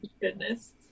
Goodness